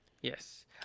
Yes